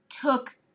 took